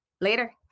later